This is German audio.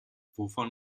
wovon